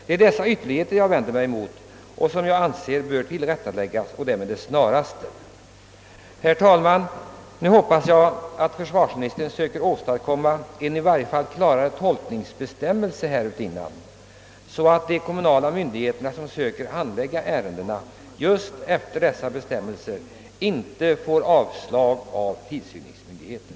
Det är dessa ytterligheter jag vänder mig emot och som jag anser bör tillrättaläggas och det med det snaraste. Herr talman! Nu hoppas jag att försvarsministern söker åstadkomma kla rare anvisningar härutinnan, så att de kommunala myndigheterna, som söker handlägga ärendena just efter dessa bestämmelser, inte får avslag av tillsynsmyndigheten.